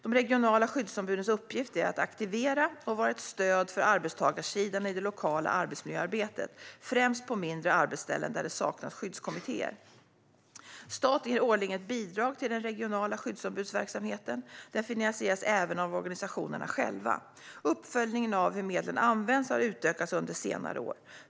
De regionala skyddsombudens uppgift är att aktivera och vara ett stöd för arbetstagarsidan i det lokala arbetsmiljöarbetet, främst på mindre arbetsställen där det saknas skyddskommittéer. Staten ger årligen ett bidrag till den regionala skyddsombudsverksamheten. Den finansieras även av organisationerna själva. Uppföljningen av hur medlen används har utökats under senare år.